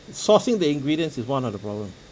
sourcing the ingredients is one of the problem